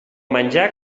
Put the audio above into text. menjar